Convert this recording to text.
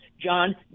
John